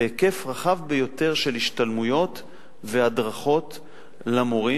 בהיקף רחב ביותר של השתלמויות והדרכות למורים,